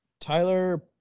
Tyler